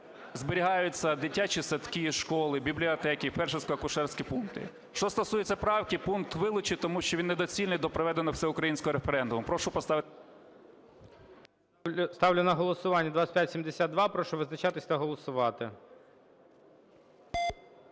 зберігаються дитячі садки, школи, фельдшерсько-акушерські пункти. Що стосується правки. Пункт вилучити, тому що він недоцільний до проведення всеукраїнського референдуму. ГОЛОВУЮЧИЙ. Ставлю на голосування 2572. Прошу визначатись та голосувати.